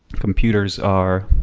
computers are